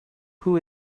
who